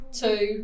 two